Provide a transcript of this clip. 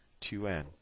2n